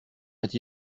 heure